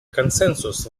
консенсус